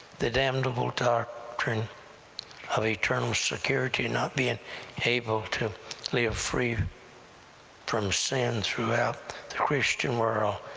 the damnable doctrine of eternal security, not being able to live free from sin throughout the christian world,